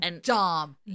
Dom